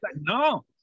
No